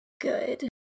Good